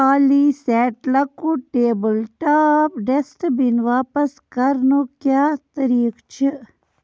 پالی سٮ۪ٹ لۅکُٹ table top ڈٮ۪سٹہٕ بِن واپس کرنُک کیٛاہ طریٖقہٕ چھِ